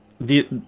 the-